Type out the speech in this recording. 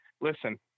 listen